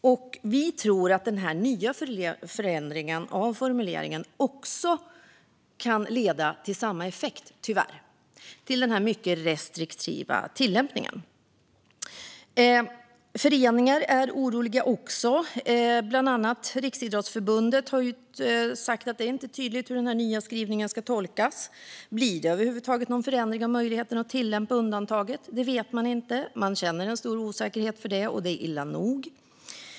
Men vi tror att förändringen av formuleringen tyvärr kan ge samma effekt, alltså en mycket restriktiv tillämpning. Föreningar är också oroliga. Bland andra Riksidrottsförbundet har sagt att det inte är tydligt hur den nya skrivningen ska tolkas. Blir det över huvud taget någon förändring av möjligheten att tillämpa undantaget? Det vet man inte. Man känner en stor osäkerhet, och det är illa.